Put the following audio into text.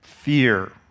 Fear